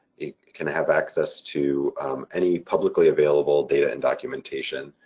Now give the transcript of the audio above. you can have access to any publicly available data and documentation